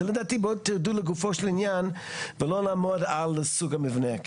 לדעתי בואו תרדו לגופו של עניין ולא נעמוד על סוג המבנה.